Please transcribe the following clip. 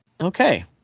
okay